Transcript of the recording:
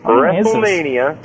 WrestleMania